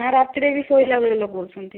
ନା ରାତିରେ ବି ଶୋଇଲାବେଳେ ଲଗାଉଛନ୍ତି